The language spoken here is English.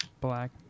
Black